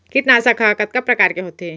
कीटनाशक ह कतका प्रकार के होथे?